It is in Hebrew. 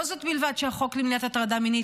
לא זאת בלבד שהחוק למניעת הטרדה מינית